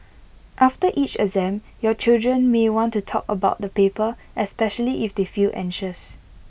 after each exam your children may want to talk about the paper especially if they feel anxious